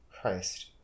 Christ